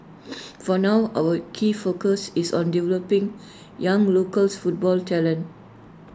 for now our key focus is on developing young local football talent